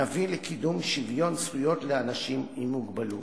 נביא לקידום שוויון זכויות לאנשים עם מוגבלות.